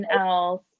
else